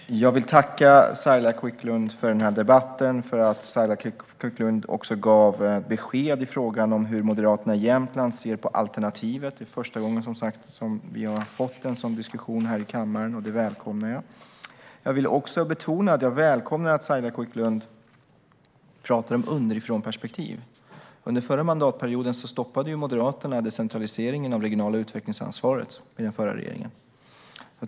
Fru talman! Jag vill tacka Saila Quicklund för den här debatten och för att hon också gav besked i frågan om hur moderaterna i Jämtland ser på alternativet. Det är som sagt första gången som vi har fått en sådan diskussion här i kammaren, och det välkomnar jag. Jag vill också betona att jag välkomnar att Saila Quicklund talar om underifrånperspektivet. Under den förra mandatperioden stoppade Moderaterna och den förra regeringen decentraliseringen av det regionala utvecklingsansvaret.